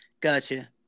gotcha